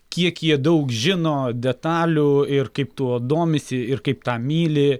kiek jie daug žino detalių ir kaip tuo domisi ir kaip tą myli